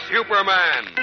Superman